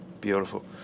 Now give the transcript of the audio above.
beautiful